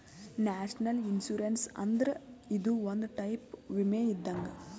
national insurance ಅಂದ್ರ ಇದು ಒಂದ್ ಟೈಪ್ ವಿಮೆ ಇದ್ದಂಗ್